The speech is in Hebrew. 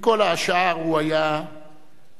עם כל השאר הוא היה מסתדר.